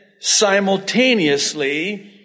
simultaneously